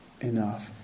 enough